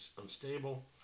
unstable